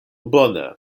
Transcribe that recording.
bone